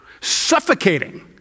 suffocating